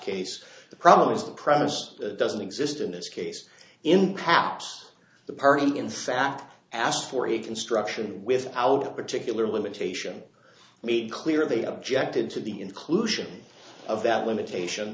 case the problem is the presence doesn't exist in this case in perhaps the part in fact asked for a construction with out particular limitation made clear they objected to the inclusion of that limitation